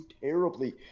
terribly